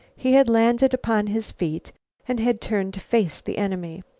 he had landed upon his feet and had turned to face the enemy.